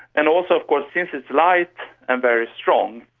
and also of course since it's light and very strong,